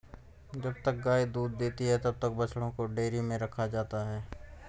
जब तक गाय दूध देती है तब तक बछड़ों को डेयरी में रखा जाता है